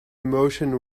emotion